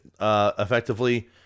effectively